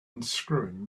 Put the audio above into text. unscrewing